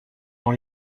dans